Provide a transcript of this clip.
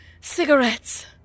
cigarettes